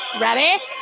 Ready